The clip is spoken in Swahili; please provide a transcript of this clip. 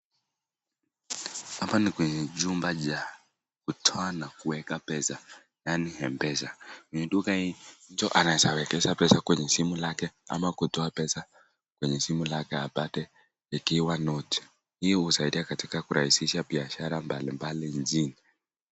Hapa ni kwenye chumba cha kutoa na kuweka pesa yaani mpesa. Kwenye duka hili, mtu anaweza wekeza pesa kwenye simu lake ama kutoa pesa kwenye simu lake apate ikiwa noti. Hii husaidia katika kurahisisha biashara mbalimbali nchini.